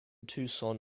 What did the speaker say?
tucson